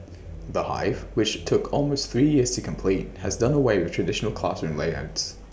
the hive which took almost three years to complete has done away with traditional classroom layouts